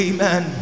Amen